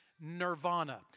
nirvana